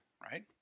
right